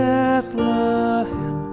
Bethlehem